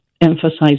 emphasize